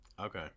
Okay